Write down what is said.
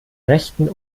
rechten